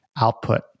output